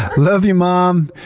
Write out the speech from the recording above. love you mom!